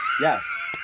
Yes